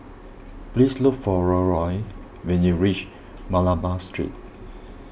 please look for Leroy when you reach Malabar Street